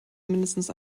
mindestens